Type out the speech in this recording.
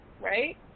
right